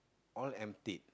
all empty